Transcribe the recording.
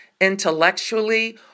Intellectually